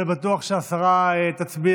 אבל אני בטוח שהשרה תצביע,